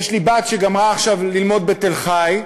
יש לי בת שגמרה עכשיו ללמוד בתל-חי,